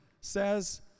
says